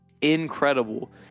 incredible